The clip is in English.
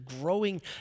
growing